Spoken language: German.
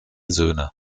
söhne